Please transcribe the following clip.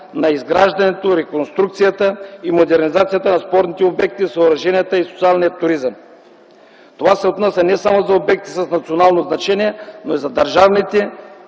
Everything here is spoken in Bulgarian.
на изграждането, реконструкцията и модернизацията на спортните обекти, съоръженията и социалния туризъм. Това се отнася не само за обекти с национално значение, но и за държавната